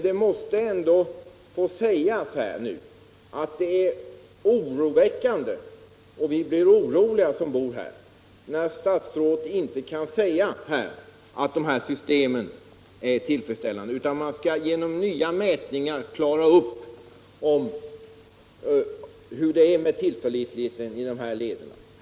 Det måste ändå få sägas här nu att det är oroväckande, Stockholms och att vi som bor i området är oroliga, när statsrådet inte kan säga = skärgård att systemet är tillfredsställande. Han kan bara ange att man genom nya mätningar skall klara upp hur det är med tillförlitligheten hos sjökorten över de här lederna.